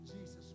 Jesus